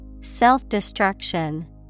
Self-destruction